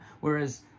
Whereas